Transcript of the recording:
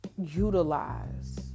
utilize